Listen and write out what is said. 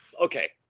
Okay